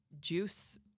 juice